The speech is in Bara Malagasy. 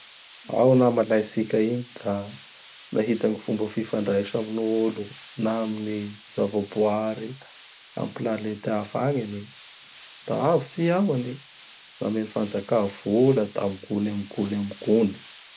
Ao namalahy tsika igny ka nahita gny fomba fifandraisa amin'olo na amin'ny zava-boary am planety hafa agny an i. Da avotsy i ao an i. Namen'ny fanjaka vola da am gony am gony am gony.